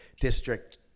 District